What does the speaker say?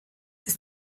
ist